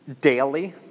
daily